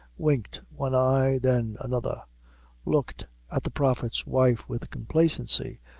winked one eye, then another looked at the prophet's wife with complacency,